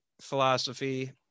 philosophy